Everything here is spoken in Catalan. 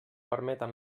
permeten